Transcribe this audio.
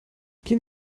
gehen